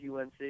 UNC